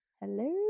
Hello